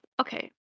Okay